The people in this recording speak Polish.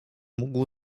mógł